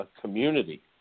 community